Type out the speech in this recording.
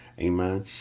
Amen